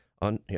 on